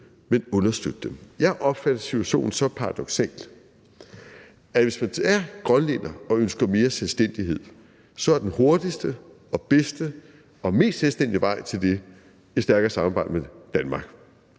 men understøtte dem. Jeg opfatter situationen så paradoksal, at hvis man er grønlænder og ønsker mere selvstændighed, så er den hurtigste og bedste og mest selvstændige vej til det et stærkere samarbejde med Danmark.